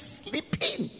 sleeping